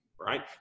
right